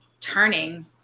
turning